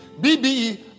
BBE